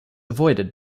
avoided